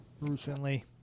recently